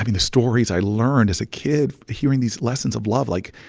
the stories i learned as a kid, hearing these lessons of love. like,